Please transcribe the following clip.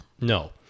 No